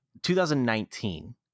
2019